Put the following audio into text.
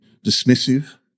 dismissive